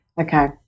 okay